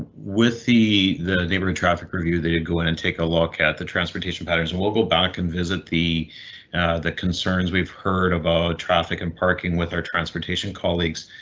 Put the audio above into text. with the the neighborhood traffic review they did go in and take a look at the transportation patterns and will go back and visit the the concerns. we've heard about traffic and parking with our transportation colleagues.